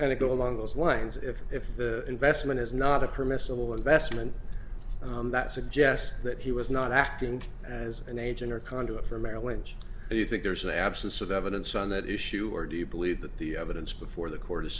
kind of go along those lines if if the investment is not a permissible investment that suggests that he was not acting as an agent or conduit for merrill lynch do you think there's an absence of evidence on that issue or do you believe that the evidence before the court is